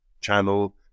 channel